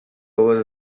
was